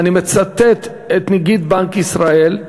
אני מצטט את נגיד בנק ישראל: